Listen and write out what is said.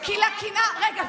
רגע.